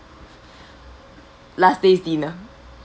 last day's dinner